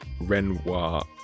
Renoir